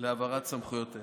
להעברת סמכויות אלו.